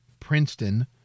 Princeton